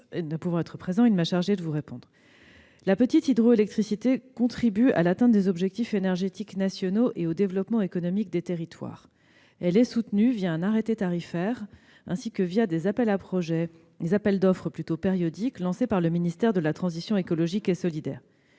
La petite hydroélectricité contribue à l'atteinte des objectifs énergétiques nationaux et au développement économique des territoires. Elle est soutenue un arrêté tarifaire, ainsi que des appels d'offres périodiques lancés par le ministère de la transition écologique et solidaire.